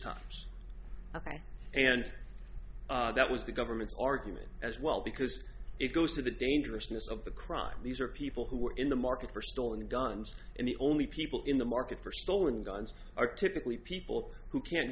times ok and that was the government's argument as well because it goes to the dangerousness of the crime these are people who are in the market for stolen guns and the only people in the market for stolen guns are typically people who can